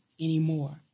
anymore